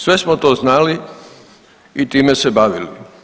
Sve smo to znali i time se bavili.